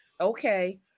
okay